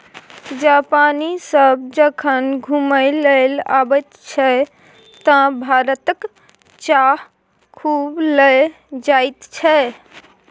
जापानी सभ जखन घुमय लेल अबैत छै तँ भारतक चाह खूब लए जाइत छै